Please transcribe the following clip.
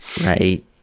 right